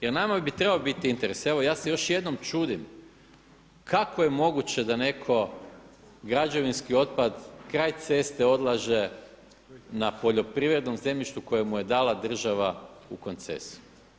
Jer nama bi trebao biti interes, evo ja se još jednom čudim kako je moguće da netko građevinski otpad kraj ceste odlaže na poljoprivrednom zemljištu koje mu je dala država u koncesiju.